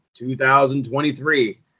2023